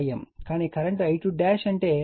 కానీ కరెంట్ I2అంటే I1 I0 I2